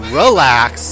relax